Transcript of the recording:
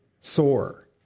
sore